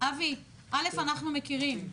קודם כול אנחנו מכירים.